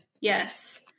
Yes